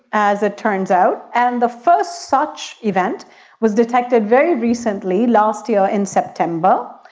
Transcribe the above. as it turns out, and the first such event was detected very recently, last year in september,